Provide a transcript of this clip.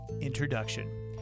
Introduction